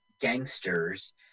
gangsters